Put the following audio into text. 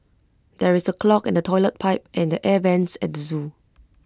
there is A clog in the Toilet Pipe and the air Vents at the Zoo